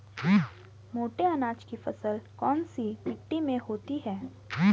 मोटे अनाज की फसल कौन सी मिट्टी में होती है?